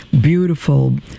beautiful